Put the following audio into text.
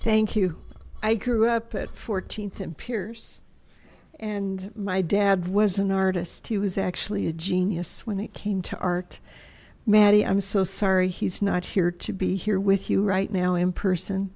thank you i grew up at th and pierce and my dad was an artist he was actually a genius when it came to art madi i'm so sorry he's not here to be here with you right now in person